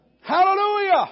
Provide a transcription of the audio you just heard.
Hallelujah